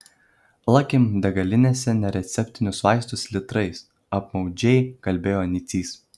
lakim degalinėse nereceptinius vaistus litrais apmaudžiai kalbėjo nicys